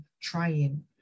trying